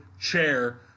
CHAIR